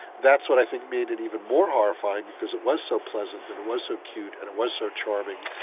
that's what i think made it even more horrifying because it was so pleasant and it was so cute, and it was so charming,